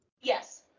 Yes